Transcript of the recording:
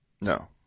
No